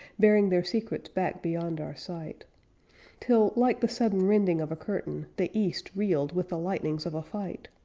bearing their secrets back beyond our sight till, like the sudden rending of a curtain, the east reeled with the lightnings of a fight.